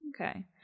okay